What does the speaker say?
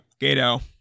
Gato